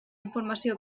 informació